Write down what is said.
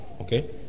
Okay